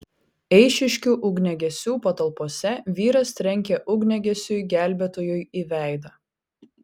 eišiškių ugniagesių patalpose vyras trenkė ugniagesiui gelbėtojui į veidą